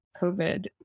COVID